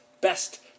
best